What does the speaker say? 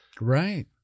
Right